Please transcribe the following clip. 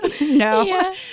no